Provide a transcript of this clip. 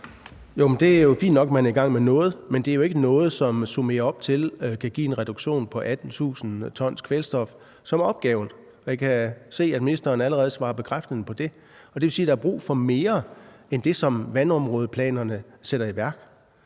jo fint nok, at man er i gang med noget, men det er jo ikke noget, som, når man summerer det op, giver en reduktion på 18.000 t kvælstof, som er opgaven – og det kan jeg se at ministeren svarer bekræftende på. Det vil sige, at der er brug for mere end det, som vandområdeplanerne sætter i værk.